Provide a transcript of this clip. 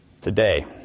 today